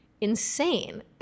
insane